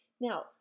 Now